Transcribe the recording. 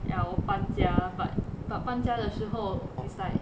ya 我搬家 but but 搬家的时候 it's like